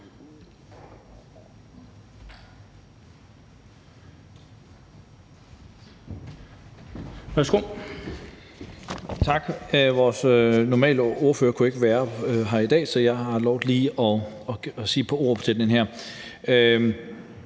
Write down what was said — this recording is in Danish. Tak. Vores sædvanlige ordfører kunne ikke være her i dag, så jeg har lovet lige at sige et par ord til det her.